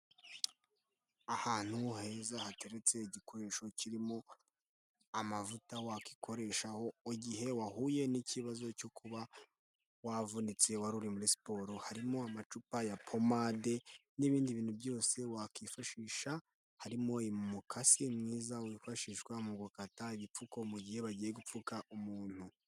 Ahantu heza hateretse igikoresho kirimo amavuta wakikoreshaho igihe wahuye n'ikibazo cyo kuba wavunitse wari uri muri siporo. Harimo amacupa ya pomande n'ibindi bintu byose wakwifashisha, harimo umukasi mwiza wifashishwa mu gukata ibipfuko mu gihe bagiye gupfuka umuntu.